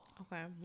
Okay